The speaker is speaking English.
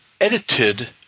edited –